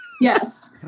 Yes